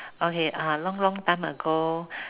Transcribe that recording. okay uh long long time ago